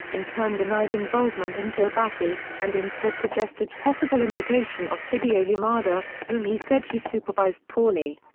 in turn denied involvement in tobashi, and instead suggested possible implication of hideo yamada, whom he said he supervised poorly.